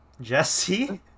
Jesse